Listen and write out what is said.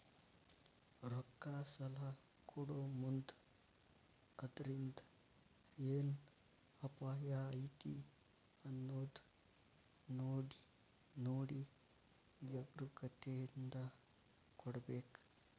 ರೊಕ್ಕಾ ಸಲಾ ಕೊಡೊಮುಂದ್ ಅದ್ರಿಂದ್ ಏನ್ ಅಪಾಯಾ ಐತಿ ಅನ್ನೊದ್ ನೊಡಿ ಜಾಗ್ರೂಕತೇಂದಾ ಕೊಡ್ಬೇಕ್